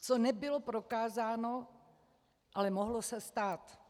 Co nebylo prokázáno, ale mohlo se stát.